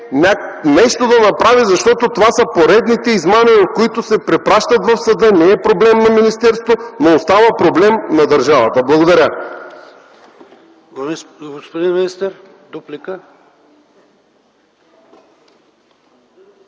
нещо да направи, защото това са поредните измами, които се препращат в съда. Не е проблем на министерството, но остава проблем на държавата! Благодаря. ПРЕДСЕДАТЕЛ ПАВЕЛ